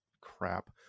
crap